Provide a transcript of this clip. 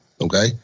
okay